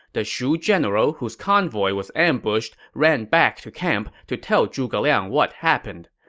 the shu general whose convoy was ambushed ran back to camp to tell zhuge liang what happened.